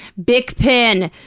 bic pen!